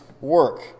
work